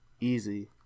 Easy